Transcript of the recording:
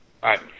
Bye